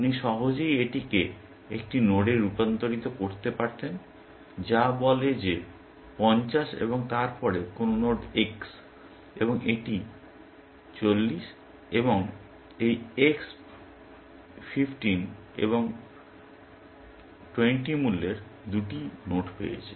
আপনি সহজেই এটিকে একটি নোডে রূপান্তরিত করতে পারতেন যা বলে যে 50 এবং তারপরে কোনো নোড x এবং এটি 40 এবং এই x 15 এবং 20 মূল্যের 2 টি নোড পেয়েছে